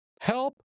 help